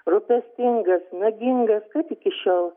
rūpestingas nagingas kaip iki šiol